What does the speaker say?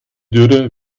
dürre